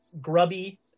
grubby